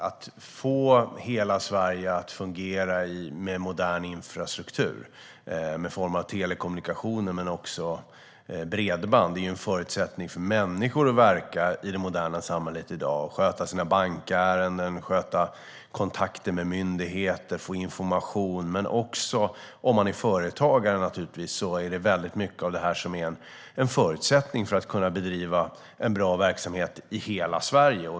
Att få hela Sverige att fungera med modern infrastruktur i form av telekommunikation och bredband är en förutsättning för att människor ska kunna verka i det moderna samhället i dag, sköta sina bankärenden, sköta kontakter med myndigheter och få information. Men också för företagare är naturligtvis mycket av det här en förutsättning för att de ska kunna bedriva en bra verksamhet i hela Sverige.